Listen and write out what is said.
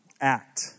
Act